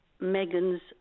megan's